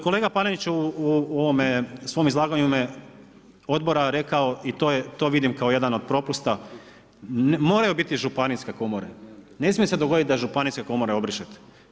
Kolega Panenić u svom izlaganju u ime odbora je rekao i to vidim kao jedan od propusta, moraju biti županijske komore, ne smije se dogoditi da županijske komore obrišete.